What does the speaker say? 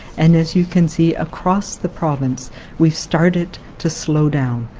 and as you can see, across the province we've started to slow down.